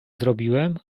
zrobiłem